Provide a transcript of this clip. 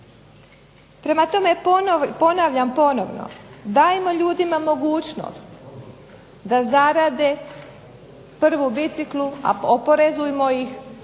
Prema tome ponavljam ponovno, dajmo ljudima mogućnost da zarade prvu biciklu, a oporezujmo ih